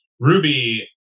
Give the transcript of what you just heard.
Ruby